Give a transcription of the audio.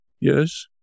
Yes